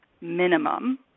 minimum